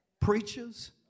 preachers